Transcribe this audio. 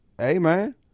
Amen